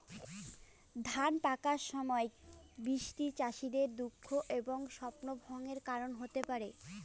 ধান পাকার সময় বৃষ্টি চাষীদের দুঃখ এবং স্বপ্নভঙ্গের কারণ হতে পারে